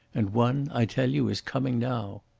and one, i tell you, is coming now.